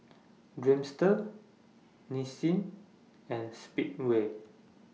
Dreamster Nissin and Speedway